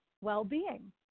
well-being